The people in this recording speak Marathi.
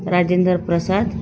राजेंद्र प्रसाद